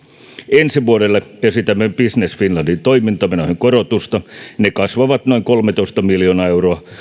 ensi vuodelle esitämme business finlandin toimintamenoihin korotusta ne kasvavat noin kolmetoista miljoonaa euroa